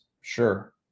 sure